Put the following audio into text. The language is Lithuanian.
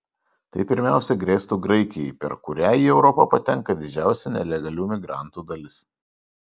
tai pirmiausia grėstų graikijai per kurią į europą patenka didžiausia nelegalių migrantų dalis